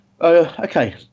Okay